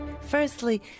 Firstly